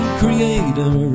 creator